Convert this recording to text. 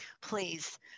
please